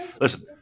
Listen